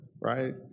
Right